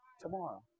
tomorrow